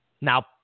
Now